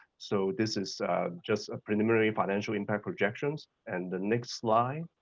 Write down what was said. so this is just a preliminary financial impact projections. and the next slide